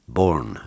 born